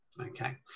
Okay